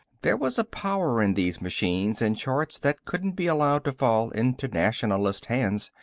there was a power in these machines and charts that couldn't be allowed to fall into nationalist hands.